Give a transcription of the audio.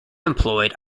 employed